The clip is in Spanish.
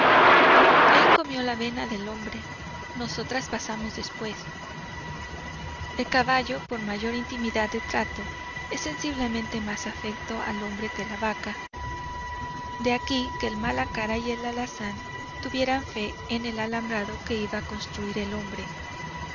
el comió la avena del hombre nosotras pasamos después el caballo por mayor intimidad de trato es sensiblemente más afecto al hombre que la vaca de aquí que el malacara y el alazán tuvieran fe en el alambrado que iba a construir el hombre